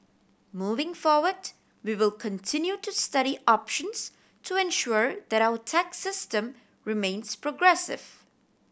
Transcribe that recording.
moving forward we will continue to study options to ensure that our tax system remains progressive